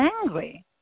angry